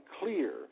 clear